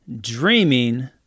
dreaming